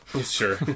Sure